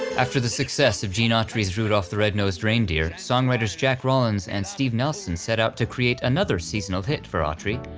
after the success of gene autry's rudolph the red-nosed reindeer, songwriters jack rollins and steve nelson set out to create another seasonal hit for autry,